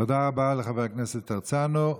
תודה רבה לחבר הכנסת הרצנו.